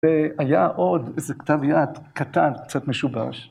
והיה עוד איזה כתב יד קטן, קצת משובש.